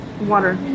water